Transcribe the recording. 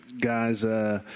guys –